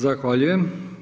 Zahvaljujem.